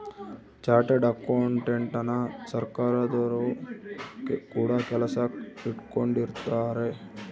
chartered ಅಕೌಂಟೆಂಟನ ಸರ್ಕಾರದೊರು ಕೂಡ ಕೆಲಸಕ್ ಇಟ್ಕೊಂಡಿರುತ್ತಾರೆ